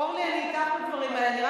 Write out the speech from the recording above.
אורלי, אני אתך בדברים האלה.